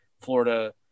Florida